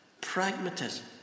pragmatism